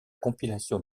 compilation